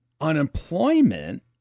unemployment